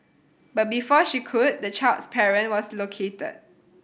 but before she could the child's parent was located